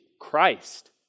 Christ